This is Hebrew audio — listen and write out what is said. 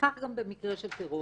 וכך גם במקרה של טרור.